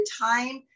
time